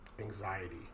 anxiety